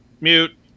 mute